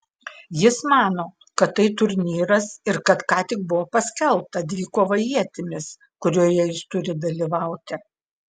jis mano kad tai turnyras ir kad ką tik buvo paskelbta dvikova ietimis kurioje jis turi dalyvauti